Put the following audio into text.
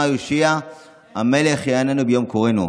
ה' הושיעה המלך יעננו ביום קראנו".